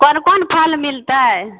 कोन कोन फल मिलतै